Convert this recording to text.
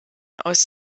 aus